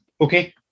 Okay